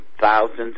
thousands